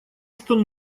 что